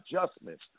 adjustments